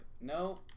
no